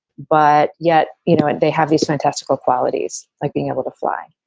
but yet, you know, they have these fantastical qualities like being able to fly.